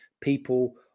people